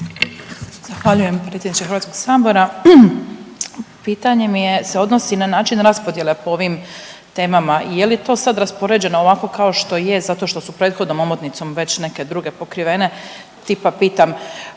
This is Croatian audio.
Zahvaljujem potpredsjedniče Hrvatskog sabora. Pitanje mi je se odnosi na način raspodjele po ovim temama. Je li to sad raspoređeno ovako kako što zato što su prethodnom omotnicom već neke druge pokrivene, tipa pitam